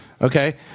Okay